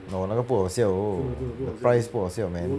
no 那个不好笑 oh the price 不好笑 man